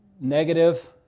Negative